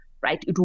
right